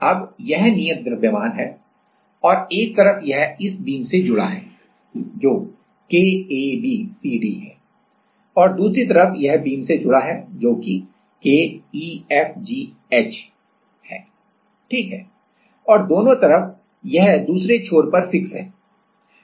अब यह नियत द्रव्यमान प्रूफ मास proof mass है और एक तरफ यह इस बीम से जुड़ा है जो KAB CD है और दूसरी तरफ यह बीम से जुड़ा है जो कि K E F G H है सही है और दोनों तरफ यह दूसरे छोर पर फिक्स है